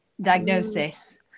diagnosis